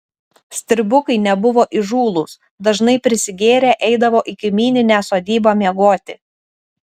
stribukai nebuvo įžūlūs dažnai prisigėrę eidavo į kaimyninę sodybą miegoti